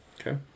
Okay